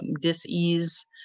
dis-ease